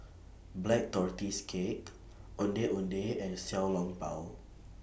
Black Tortoise Cake Ondeh Ondeh and Xiao Long Bao